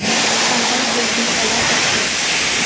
పంటను బిడ్డింగ్ ఎలా చేస్తారు?